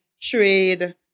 trade